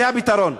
זה הפתרון.